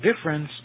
difference